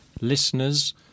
listeners